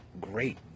great